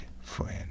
friend